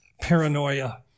paranoia